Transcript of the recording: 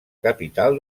capital